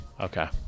okay